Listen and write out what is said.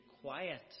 quiet